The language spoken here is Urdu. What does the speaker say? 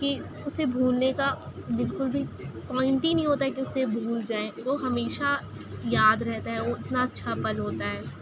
کہ اسے بھولنے کا بالکل بھی پوائنٹ ہی نہیں ہوتا ہے کہ اسے بھول جائیں او ہمیشہ ياد رہتے ہيں او اتنا اچّھا پَل ہوتا ہے